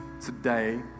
today